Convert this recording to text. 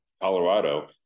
Colorado